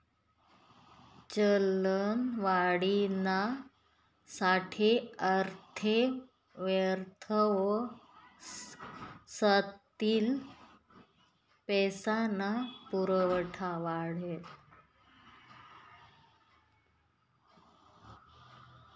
चलनवाढीना साठे अर्थव्यवस्थातील पैसा ना पुरवठा वाढस